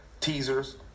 teasers